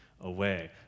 away